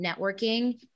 networking